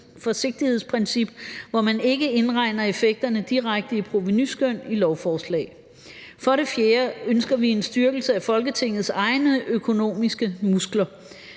forsigtighedsprincip, hvor man ikke indregner effekterne direkte i provenuskøn i lovforslag. For det fjerde ønsker vi en styrkelse af Folketingets egne økonomiske muskler.